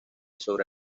sobre